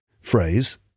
phrase